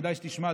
כדאי שתשמע,